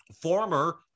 former